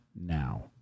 now